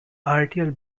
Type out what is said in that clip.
arterial